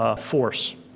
ah force.